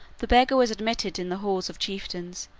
the beggar was admitted in the halls of chieftains,